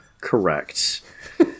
correct